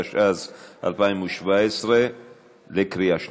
התשע"ז 2017. בקריאה שנייה.